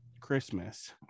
christmas